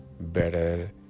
better